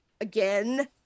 again